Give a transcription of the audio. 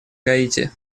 гаити